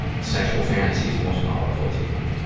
sexual fantasies most powerful to you?